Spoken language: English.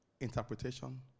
Interpretation